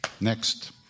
Next